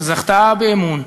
זכתה באמון,